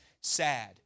sad